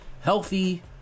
healthy